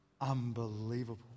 unbelievable